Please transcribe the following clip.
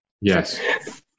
Yes